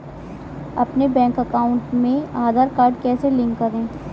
अपने bank account में Aadhaar card कैसे लिंक करें?